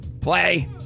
Play